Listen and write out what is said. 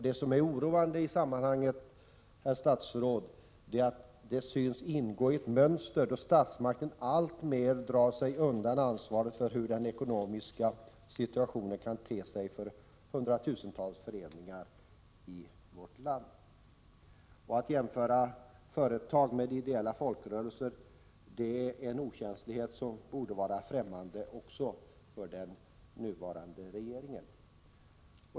Det som är oroande i sammanhanget, herr statsråd, är att detta synes ingå i ett mönster, att statsmakten alltmer drar sig undan ansvaret för hur den ekonomiska situationen kan te sig för hundratusentals föreningar i vårt land. Att jämföra företag med ideella folkrörelser är en okänslighet, som borde vara främmande för också den nuvarande regeringen.